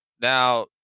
Now